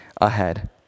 ahead